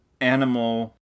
animal